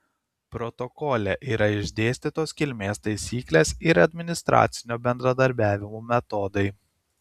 protokole yra išdėstytos kilmės taisyklės ir administracinio bendradarbiavimo metodai